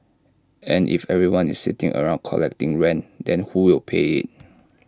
and if everyone is sitting around collecting rent then who will pay IT